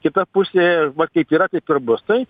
kita pusė va kaip yra taip ir bus taip